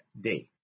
day